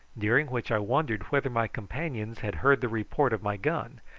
during which i wondered whether my companions had heard the report of my gun,